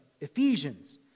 Ephesians